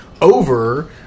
over